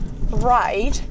ride